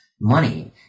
money